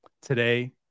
Today